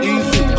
Easy